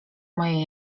moje